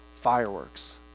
Fireworks